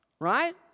right